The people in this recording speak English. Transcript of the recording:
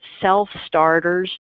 self-starters